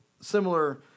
similar